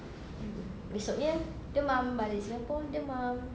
esoknya demam balik singapore demam